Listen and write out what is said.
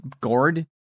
gourd